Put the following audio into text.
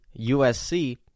USC